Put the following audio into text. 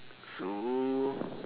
so